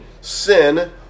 sin